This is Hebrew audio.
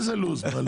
איזה לו"ז?